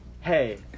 Hey